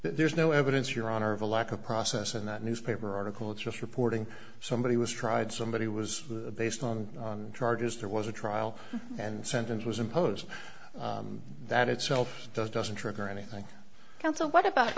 there's no evidence your honor of a lack of process in that newspaper article it's just reporting somebody was tried somebody was based on charges there was a trial and sentence was imposed that itself does doesn't trigger anything counsel what about